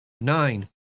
Nine